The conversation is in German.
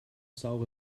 saure